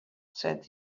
said